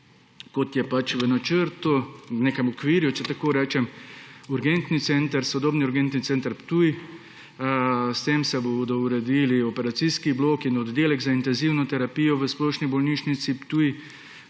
kot je pač v načrtu, v nekem okviru, če tako rečem, sodobni urgentni center Ptuj. S tem se bodo uredili operacijski bloki in oddelek za intenzivno terapijo v Splošni bolnišnici Ptuj.